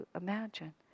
imagine